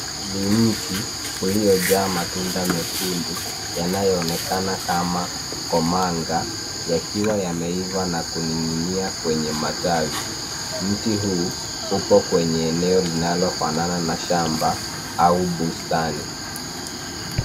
Ni mti uliojaa matunda mekundu, yanayoonekana kama komanga, yakiwa yameiva na kuning'inia kwenye matawi. Mti huu upo kwenye eneo linalofanana na shamba, au bustani.